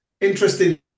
Interesting